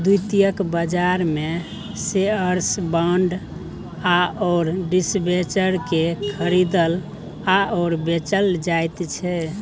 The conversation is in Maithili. द्वितीयक बाजारमे शेअर्स बाँड आओर डिबेंचरकेँ खरीदल आओर बेचल जाइत छै